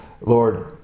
Lord